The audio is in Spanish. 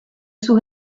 sus